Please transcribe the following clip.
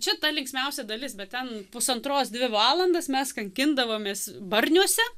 čia ta linksmiausia dalis bet ten pusantros dvi valandas mes kankindavomės barniuose